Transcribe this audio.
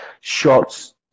shots